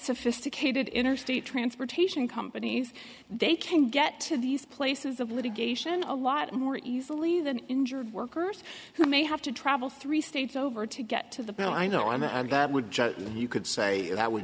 sophisticated interstate transportation companies they can get to these places of litigation a lot more easily than injured workers who may have to travel three states over to get to the people i know i might add that would you could say that w